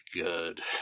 good